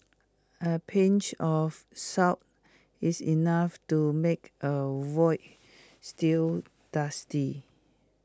A pinch of salt is enough to make A Veal Stew tasty